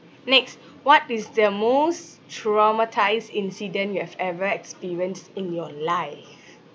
next what is the most traumatised incident you have ever experienced in your life